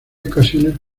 ocasiones